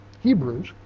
Hebrews